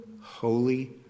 Holy